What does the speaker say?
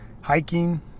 hiking